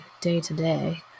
day-to-day